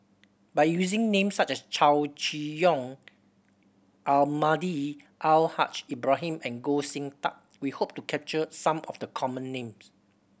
by using names such as Chow Chee Yong Almahdi Al Haj Ibrahim and Goh Sin Tub we hope to capture some of the common names